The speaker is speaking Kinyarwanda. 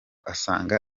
asanga